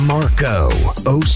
Marco